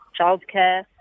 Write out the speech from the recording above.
childcare